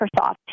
Microsoft